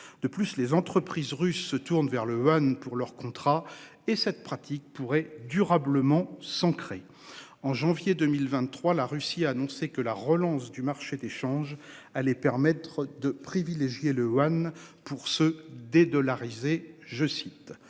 De plus, les entreprises russes se tournent vers le One pour leur contrat et cette pratique pourrait durablement s'ancrer en janvier 2023, la Russie a annoncé que la relance du marché des changes allait permettre de privilégier le One pour ceux des de la risée je cite